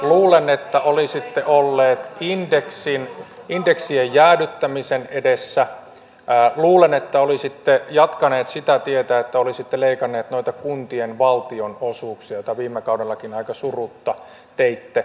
luulen että olisitte olleet indeksien jäädyttämisen edessä luulen että olisitte jatkaneet sitä tietä että olisitte leikanneet noita kuntien valtionosuuksia mitä viime kaudellakin aika surutta teitte